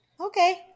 Okay